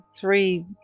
three